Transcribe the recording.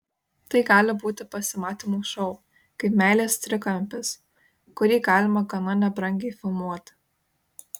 tai gali būti pasimatymų šou kaip meilės trikampis kurį galima gana nebrangiai filmuoti